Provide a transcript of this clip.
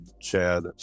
Chad